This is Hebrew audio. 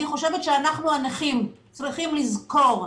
אני חושבת שאנחנו הנכים צריכים לזכור,